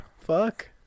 Fuck